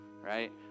right